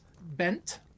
bent